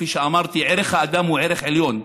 כפי שאמרתי, ערך האדם הוא ערך עליון.